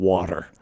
Water